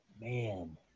man